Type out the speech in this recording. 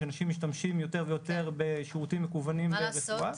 שאנשים משתמשים יותר ויותר בשירותים מקוונים --- מה לעשות,